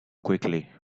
quickly